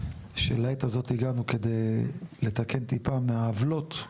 שלעת הזאת הגענו כדי לתקן טיפה מהעוולות,